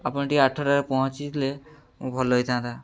ଆପଣ ଟିକେ ଆଠଟାରେ ପହଞ୍ଚିଥିଲେ ମୁଁ ଭଲ ହେଇଥାନ୍ତା